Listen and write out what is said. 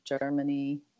Germany